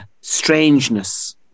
strangeness